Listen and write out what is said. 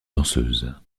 danseuse